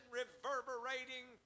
reverberating